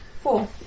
Four